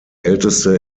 älteste